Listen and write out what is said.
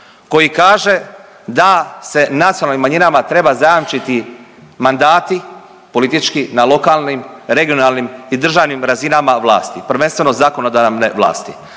koji kaže da se nacionalnim manjinama treba zajamčiti mandati politički na lokalnim, regionalnim i državnim razinama vlasti, prvenstveno zakonodavne vlasti.